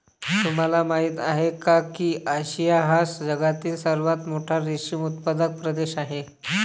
तुम्हाला माहिती आहे का की आशिया हा जगातील सर्वात मोठा रेशीम उत्पादक प्रदेश आहे